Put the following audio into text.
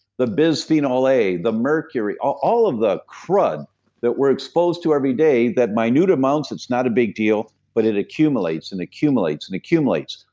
the bisphenol a, the mercury, all all of the crud that we're exposed to every day, that minute amounts it's not a big deal, but it accumulates, and accumulates, and accumulates,